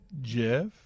Jeff